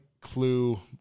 clue